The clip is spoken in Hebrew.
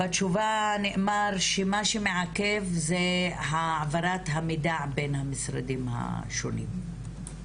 בתשובה נאמר שמה שמעכב זה העברת המידע בין המשרדים השונים,